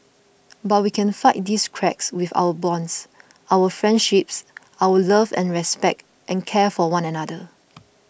but we can fight these cracks with our bonds our friendships our love and respect and care for one another